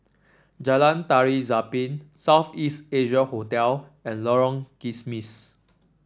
Jalan Tari Zapin South East Asia Hotel and Lorong Kismis